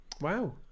Wow